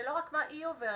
זה לא רק מה היא עוברת,